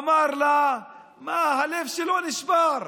אמר לה שהלב שלו נשבר,